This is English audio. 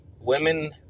women